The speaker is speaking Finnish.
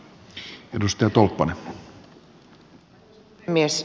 arvoisa puhemies